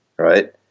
right